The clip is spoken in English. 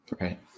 right